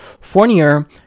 Fournier